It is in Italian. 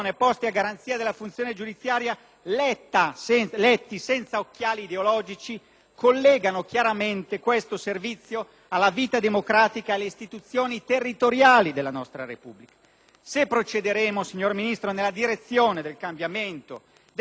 collegano chiaramente questo servizio alla vita democratica e alle istituzioni territoriali della nostra Repubblica. Se procederemo, signor Ministro, nella direzione del cambiamento, del superamento delle spinte alla conservazione e del collegamento della giustizia al territorio